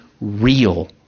real